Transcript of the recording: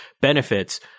benefits